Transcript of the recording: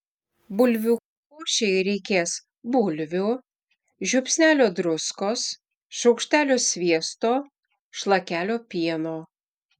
bulvių košei reikės bulvių žiupsnelio druskos šaukštelio sviesto šlakelio pieno